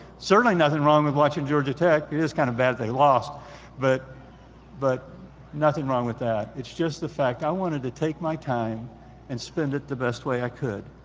certainly nothing wrong with watching georgia tech. it is kind of bad that they lost but but nothing wrong with that. it's just the fact i wanted to take my time and spend it the best way i could.